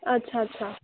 अच्छा अच्छा